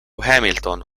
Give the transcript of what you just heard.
hamilton